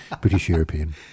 British-European